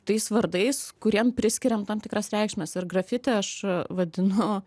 tais vardais kuriem priskiriam tam tikras reikšmes ir grafiti aš vadinu